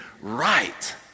right